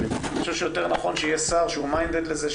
אני חושב שיותר נכון שיהיה שר שהוא minded לזה,